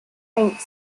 faint